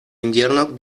invierno